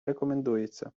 рекомендується